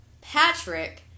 Patrick